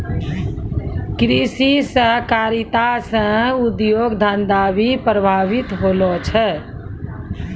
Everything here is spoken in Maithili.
कृषि सहकारिता से उद्योग धंधा भी प्रभावित होलो छै